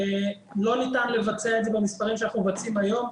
לא ניתן לבצע את זה במספרים שאנחנו מבצעים היום.